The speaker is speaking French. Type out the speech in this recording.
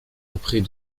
auprès